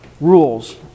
rules